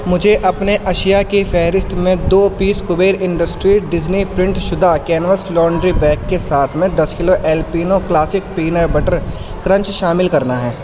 مجھے اپنے اشیاء کی فہرست میں دو piece Kabir industry Disney print شدہ کینوس لانڈری بیگ کے ساتھ میں دس کلو jalapeno classic peanut butter crunch شامل کرنا ہے